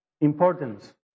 importance